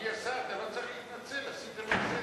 אדוני השר, אתה לא צריך להתנצל, עשית מעשה טוב.